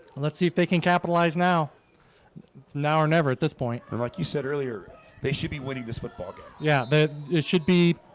let's see if they can capitalize now now or never at this point or like you said earlier they should be winning this football game yeah, it should be